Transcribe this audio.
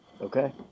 okay